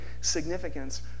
significance